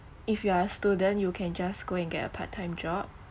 if you are a student you can just go and get a part time job